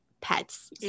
pets